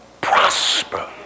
prosper